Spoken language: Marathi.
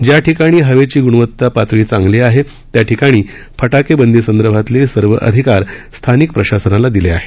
ज्या ठिकाणी हवेची गुणवता पातळी चांगली आहे त्याठिकाणी फटाके बंदीसंदर्भातले सर्व अधिकार स्थानिक प्रशासनाला दिले आहेत